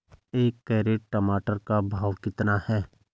एक कैरेट टमाटर का भाव कितना है?